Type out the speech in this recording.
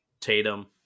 Tatum